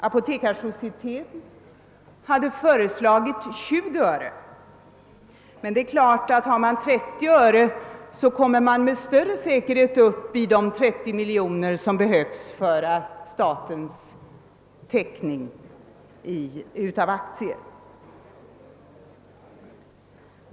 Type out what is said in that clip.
Apotekarsocieteten hade föreslagit 20 öre, men det är klart att man om man tar 30 öre med större säkerhet kommer upp i de 30 miljoner kronor som behövs för statens teckning av aktier.